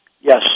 yes